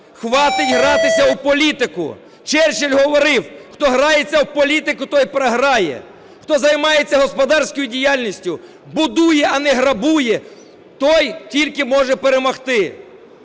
хватить гратися у політику. Черчіль говорив: "Хто грається в політику, той програє. Хто займається господарською діяльністю, будує, а не грабує, той тільки може перемогти".